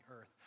earth